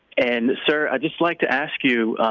and, sir, i'd just like to ask you,